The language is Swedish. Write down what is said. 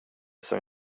som